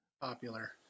popular